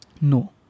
No